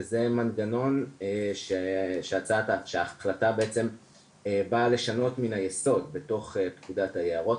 וזה מנגנון שההחלטה בעצם באה לשנות מן היסוד בתוך פקודת היערות,